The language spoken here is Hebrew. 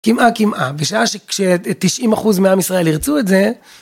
כמעט כמעט בשעה של 90 אחוז מהעם ישראל ירצו את זה.